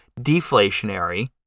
deflationary